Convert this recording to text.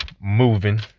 moving